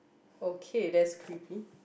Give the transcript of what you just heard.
okay that's creepy